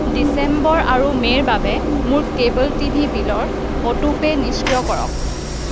ডিচেম্বৰ আৰু মে'ৰ বাবে মোৰ কেব'ল টিভি বিলৰ অটোপে' নিষ্ক্ৰিয় কৰক